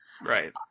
Right